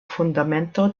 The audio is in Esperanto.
fundamento